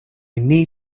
need